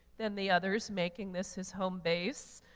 than the others, making this his home base.